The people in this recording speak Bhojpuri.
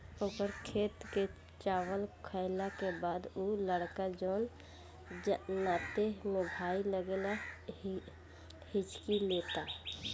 ओकर खेत के चावल खैला के बाद उ लड़का जोन नाते में भाई लागेला हिच्की लेता